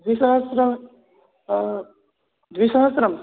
द्विसहस्रं द्विसहस्रं